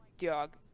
dog